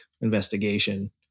investigation